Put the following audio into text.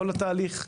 כל התהליך,